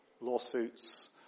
lawsuits